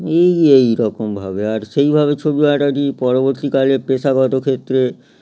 এই এই রকমভাবে আর সেইভাবে ছবি আর্ট আর কি পরবর্তীকালে পেশাগত ক্ষেত্রে